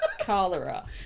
Cholera